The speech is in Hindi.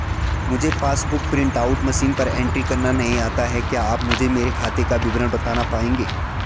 मुझे passbook book print out machine पर एंट्री करना नहीं आता है क्या आप मुझे मेरे खाते का विवरण बताना पाएंगे?